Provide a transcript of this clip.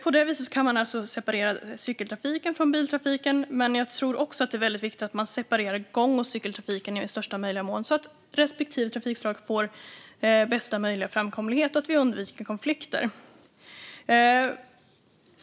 På det viset kan man alltså separera cykeltrafiken från biltrafiken, men jag tror också att det är väldigt viktigt att man separerar gång och cykeltrafiken i största möjliga mån så att respektive trafikslag får bästa möjliga framkomlighet och så att vi undviker konflikter.